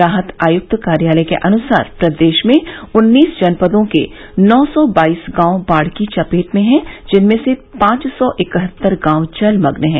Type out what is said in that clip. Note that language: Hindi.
राहत आयक्त कार्यालय के अनुसार प्रदेश में उन्नीस जनपदों के नौ सौ बाईस गांव बाढ़ की चपेट में हैं जिनमें से पांच सौ इकहत्तर गांव जलमग्न है